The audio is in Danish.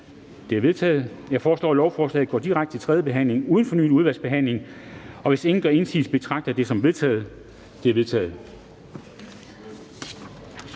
De er vedtaget. Jeg foreslår, at lovforslaget går direkte videre til tredje behandling uden fornyet udvalgsbehandling, og hvis ingen gør indsigelse, betragter jeg det som vedtaget. Det er vedtaget.